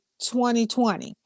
2020